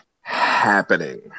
happening